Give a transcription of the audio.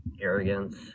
arrogance